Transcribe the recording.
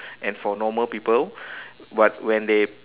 and for normal people but when they